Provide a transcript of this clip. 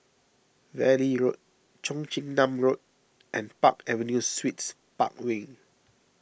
Valley Road Cheong Chin Nam Road and Park Avenue Suites Park Wing